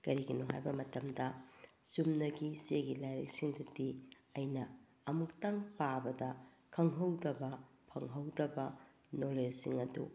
ꯀꯔꯤꯒꯤꯅꯣ ꯍꯥꯏꯕ ꯃꯇꯝꯗ ꯆꯨꯝꯅꯒꯤ ꯆꯦꯒꯤ ꯂꯥꯏꯔꯤꯛꯁꯤꯡꯗꯗꯤ ꯑꯩꯅ ꯑꯃꯨꯛꯇꯪ ꯄꯥꯕꯗ ꯈꯪꯍꯧꯗꯕ ꯐꯪꯍꯧꯗꯕ ꯅꯣꯂꯦꯖꯁꯤꯡ ꯑꯗꯨ